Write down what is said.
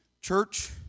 Church